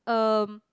um